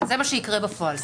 זה מה שיקרה בפועל.